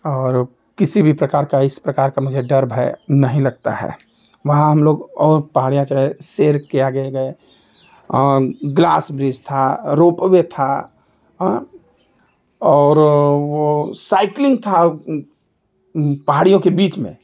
और किसी भी प्रकार का इस प्रकार का मुझे डर भय नहीं लगता है वहाँ हम लोग और पहाड़ियाँ चढ़े शेर के आगे गए ग्लास ब्रिज था रोपवे था हाँ और वह सायक्लिंग था पहाड़ियों के बीच में